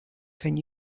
can